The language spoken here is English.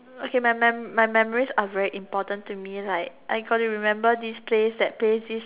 okay my mem~ my memories are very important to me like I got to remember this place that place this